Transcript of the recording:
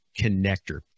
connector